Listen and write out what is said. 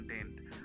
content